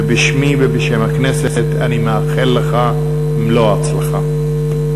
ובשמי ובשם הכנסת אני מאחל לך מלוא ההצלחה.